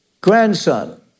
grandson